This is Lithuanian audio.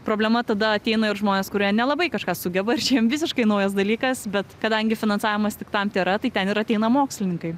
problema tada ateina ir žmonės kurie nelabai kažką sugeba ir čia jiem visiškai naujas dalykas bet kadangi finansavimas tik tam tėra tai ten ir ateina mokslininkai